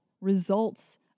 results